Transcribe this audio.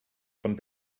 von